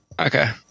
Okay